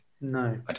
No